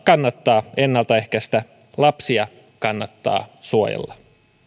kannattaa ennaltaehkäistä lapsia kannattaa suojella